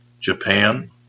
Japan